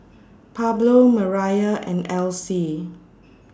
Pablo Mariah and Alcee